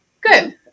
Good